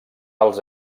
els